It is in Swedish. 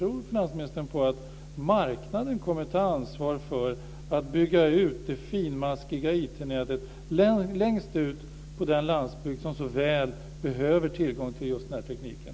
Tror finansministern att marknaden kommer att ta ansvar för utbyggnaden av det finmaskiga IT-nätet längst ut på den landsbygd som så väl behöver tillgång till just den här tekniken?